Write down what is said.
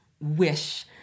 wish